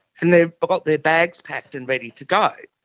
and they've but got their bags packed and ready to go.